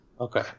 Okay